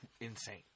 insane